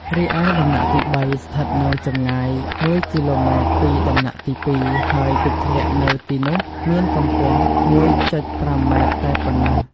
រីឯដំណាក់ទី៣ ស្ថិតនៅចម្ងាយ ១គីឡូម៉ែត្រពីដំណាក់ទី២ ហើយទឹកធ្លាក់នៅទីនោះមានកំពស់ ១,៥ម៉ែត្រប៉ណ្ណោះ។